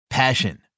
Passion